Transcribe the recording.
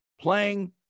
playing